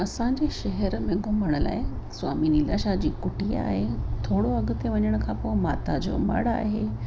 असांजे शेहर में घुमण लाइ स्वामी लीलाशाह जी कुटिया आहे थोरो अॻिते वञण खां पोइ माता जो मड़ आहे